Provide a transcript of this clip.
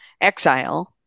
Exile